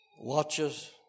watches